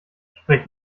sprich